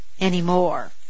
anymore